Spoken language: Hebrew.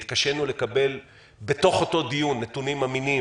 התקשינו לקבל בתוך אותו דיון נתונים אמינים